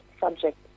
subject